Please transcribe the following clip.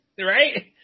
right